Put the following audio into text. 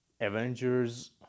avengers